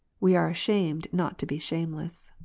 we are ashamed not to be shameless.